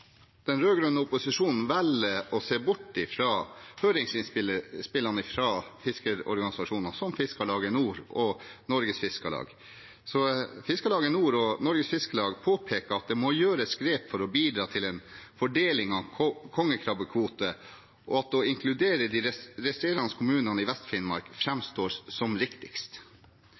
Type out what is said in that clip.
Den rød-grønne opposisjonen velger å se bort fra høringsinnspillene fra fiskerorganisasjonene, som Fiskarlaget Nord og Norges Fiskarlag. Fiskarlaget Nord og Norges Fiskarlag skriver at «det må gjøres grep for å bidra til en fordeling av kongekrabbekvoter». De skriver også: « å inkludere de resterende kommunene i Vest-Finnmark fremstår som riktigst.